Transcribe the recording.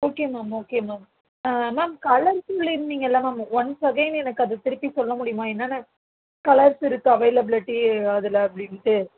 okay ma'am okay ma'am ah ma'am colour சொல்லியிருந்திங்கள ma'am once again எனக்கு அதை திருப்பி சொல்ல முடியுமா கலர்ஸ் இருக்கு அவைலபிலிட்டி அதில் அப்படின்ட்டு